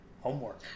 Homework